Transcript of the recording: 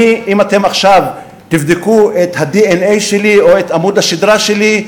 אם אתם עכשיו תבדקו את הדנ"א שלי או את עמוד השדרה שלי,